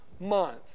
month